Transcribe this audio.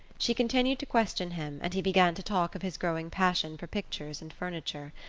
she continued to question him, and he began to talk of his growing passion for pictures and furniture,